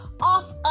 off